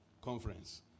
conference